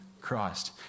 Christ